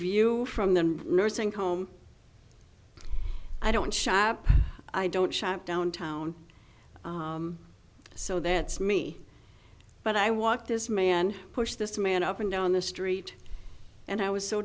view from the nursing home i don't shop i don't shop downtown so that's me but i walked this man pushed this man up and down the street and i was so